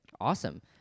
Awesome